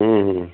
ہوں ہوں